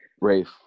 Rafe